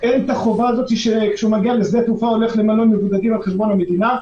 אין עליו חובה ללכת למלון מבודדים על חשבון המדינה.